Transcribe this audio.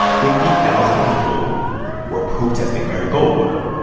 fifty thousand people were protesting barry goldwater.